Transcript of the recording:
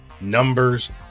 numbers